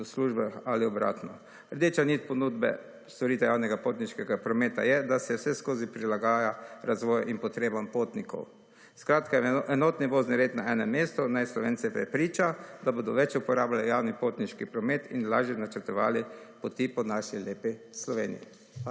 do službe ali obratno. Rdeča nit ponudbe storitev javnega potniškega prometa je, da se vseskozi prilagaja razvoju in potrebam potnikov. Skratka, enotni vozni red na enem mestu naj Slovence prepriča, da bodo več uporabile javni potniški promet in lažje načrtovali poti po naši lepi Sloveniji.